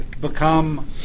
become